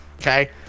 Okay